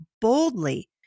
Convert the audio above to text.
boldly